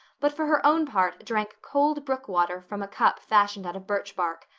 but for her own part drank cold brook water from a cup fashioned out of birch bark.